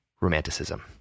romanticism